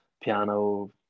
piano